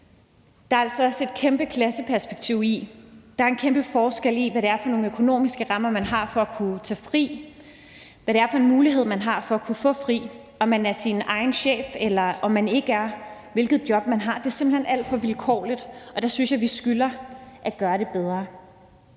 Der er altså også et kæmpe klasseperspektiv og en kæmpe forskel i, hvad det er for nogle økonomiske rammer, man har for at kunne tage fri, hvad det er for en mulighed, man har for at kunne få fri, om man er sin egen chef, eller om man ikke er det, og hvilket job man har. Det er simpelt hen alt for vilkårligt, og der synes jeg, vi skylder at gøre det bedre.